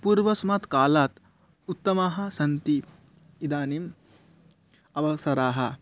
पूर्वस्मात् कालात् उत्तमाः सन्ति इदानीम् अवसराः